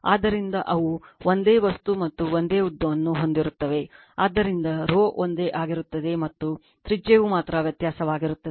ಆದ್ದರಿಂದ ಅವು ಒಂದೇ ವಸ್ತು ಮತ್ತು ಒಂದೇ ಉದ್ದವನ್ನು ಹೊಂದಿರುತ್ತವೆ ಆದ್ದರಿಂದ ರೋ ಒಂದೇ ಆಗಿರುತ್ತದೆ ಮತ್ತು ತ್ರಿಜ್ಯವು ಮಾತ್ರ ವ್ಯತ್ಯಾಸವಾಗಿರುತ್ತದೆ